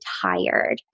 tired